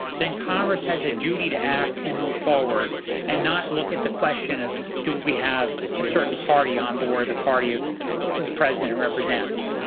then congress has a duty to act and move forward and not look at the question of do we have a certain party onboard, the party the president represents?